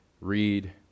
read